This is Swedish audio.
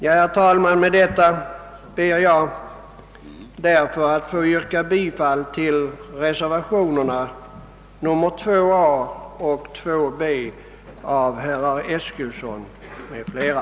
Herr talman! Med det anförda ber jag att få yrka bifall till reservationerna 2 a och 2 b av herr Eskilsson m.fl.